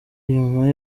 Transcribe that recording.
nyuma